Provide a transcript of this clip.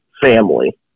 family